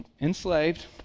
enslaved